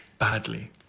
badly